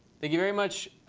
thank you very much,